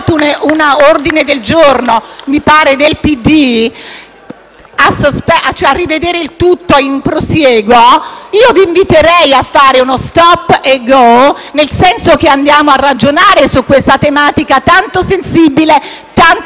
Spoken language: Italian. un ordine del giorno, mi pare del PD, a rivedere il tutto in prosieguo, vi inviterei a fare uno stop and go, andando a ragionare su questa tematica tanto sensibile e tanto